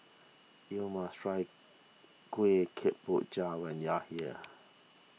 you must try Kuih Kemboja when you are here